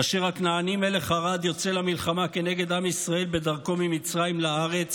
כאשר הכנעני מלך ערד יוצא למלחמה נגד עם ישראל בדרכו ממצרים לארץ